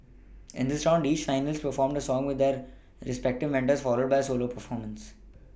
in this round each finalist performed a song with their respective Mentors followed by a solo performance